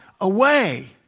away